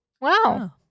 Wow